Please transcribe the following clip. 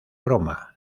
broma